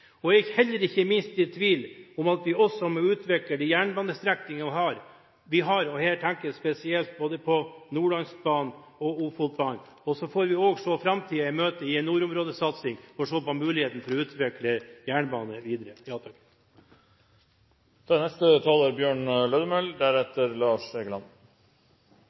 miljøprosjekt. Jeg er heller ikke det minste i tvil om at vi også må utvikle de jernbanestrekningene vi har, og her tenker jeg spesielt på Nordlandsbanen og Ofotbanen. Så får vi også se framtiden i møte i en nordområdesatsing, for å se på muligheten for å utvikle jernbane videre. Etter mykje fram og tilbake klarte regjeringa endeleg å leggje fram ei klimamelding. Det er